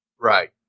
Right